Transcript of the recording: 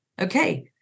okay